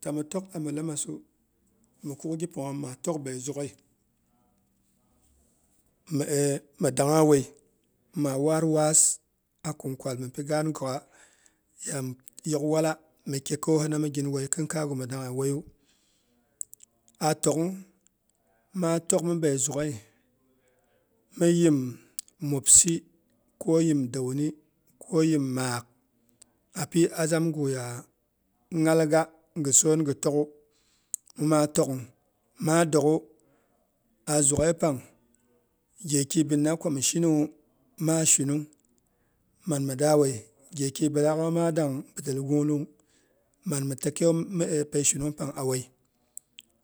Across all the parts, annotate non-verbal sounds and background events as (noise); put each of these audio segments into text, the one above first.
Tami tok amilemasu, mikuk gi panghom maa tok abesugghɨi mi (hesitation) mi dangha wuei. Maa waat waas a kin kwal mipi gaan gokgha ya mi yok wala mikikaiyohina migin wuei, khinkaigh midanghe wuaiyu, ah tok; gh maa tokmibei zughei mi yim mubsi ko yim daumi ko yim maak, api azamguya nghalga gɨ soon gɨ toghwu, mima togh maa doghwu, azughei pang gheki binna kwo mishini wu, maa shinung man mɨ dawuei, gheki bilaak madang bidel wunglung man mi takaiyom mi peisinung pang awuei.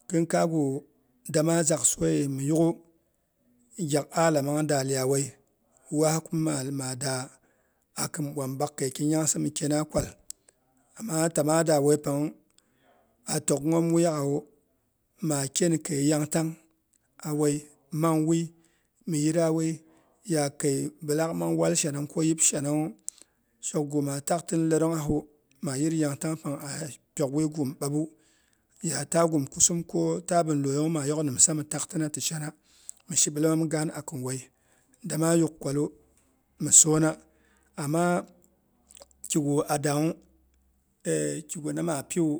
Khinkaigu dama zak soiye miyuk'gwu gyak alamang da yawuei waa kuma, mada akɨn bwa mi bak keiti nyangsi mikina kwal. A ma ta maada wuei pangnwu, a toghom wuyakghawu, maa ken kei yangtang a wuei mang wui mi yirra wui ya kei bilaak mang wal shanang ko yib shanangnwu shokgu maa takta ni leuonghhu, maa yir yangtangpang a pyok wuigu mi bapbu yata gum kuam kota bin lyoyongnwu maa yok nimsa mi taktina ti shana, mi shibilema mi gaan akin wuei damaa yuk kwalu, damɨ soona ama kigu a dangnwu kigu na maa piwu.